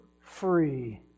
free